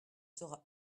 sera